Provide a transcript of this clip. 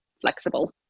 flexible